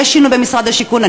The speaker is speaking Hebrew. יש שינוי במשרד הבינוי והשיכון,